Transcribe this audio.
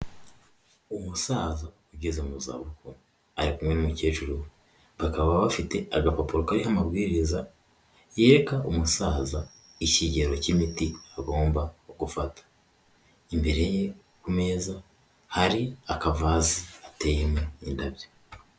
Umusaza ugeze mu zabukuru, ari kumwe n'umukecuru, bakaba bafite agapapuro kariho amabwiriza, yereka umusaza ikigero cy'imiti agomba gufata. Imbere ye ku meza, hari akavaze gateyemo indabyo.